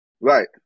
Right